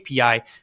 API